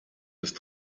ist